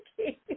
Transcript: Okay